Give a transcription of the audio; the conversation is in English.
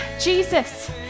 Jesus